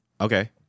Okay